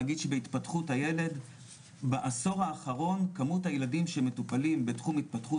אני אגיד שבהתפתחות הילד בעשור האחרון כמות שמטופלים בתחום התפתחות